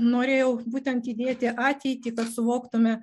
norėjau būtent įdėti ateitį tą suvoktume